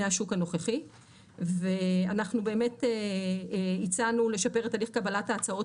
השוק הנוכחי ואנחנו הצענו לשפר את הליך קבלת ההצעות